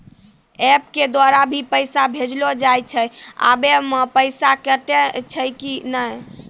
App के द्वारा भी पैसा भेजलो जाय छै आबै मे पैसा कटैय छै कि नैय?